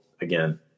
again